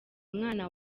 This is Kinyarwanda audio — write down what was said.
umwana